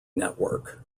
network